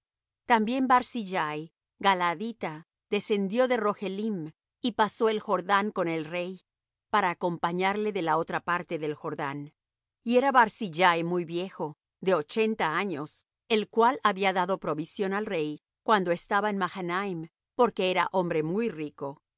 también barzillai galaadita descendió de rogelim y pasó el jordán con el rey para acompañarle de la otra parte del jordán y era barzillai muy viejo de ochenta años el cual había dado provisión al rey cuando estaba en mahanaim porque era hombre muy rico